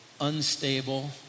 unstable